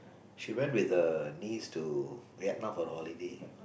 she went with her niece to Vietnam for the holiday